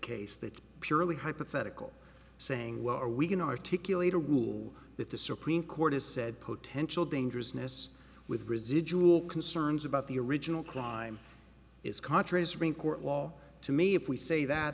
case that's purely hypothetical saying well are we can articulate a rule that the supreme court has said potential dangerousness with residual concerns about the original crime is contras re import law to me if we say that